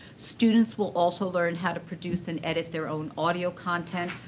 students will also learn how to produce and edit their own audio content.